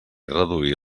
reduir